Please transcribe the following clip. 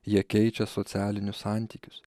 jie keičia socialinius santykius